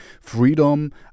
Freedom